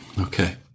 Okay